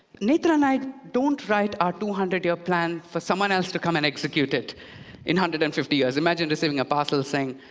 netra and i don't write our two hundred year plan for someone else to come and execute it in one hundred and fifty years. imagine receiving a parcel saying,